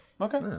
Okay